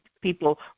people